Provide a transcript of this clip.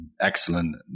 excellent